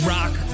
Rock